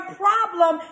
problem